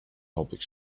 public